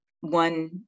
one